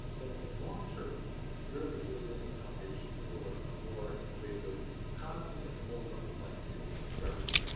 that in the long term europe is really laying a foundation for a more innovative economy and a more level playing field for everyone.